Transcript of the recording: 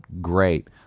great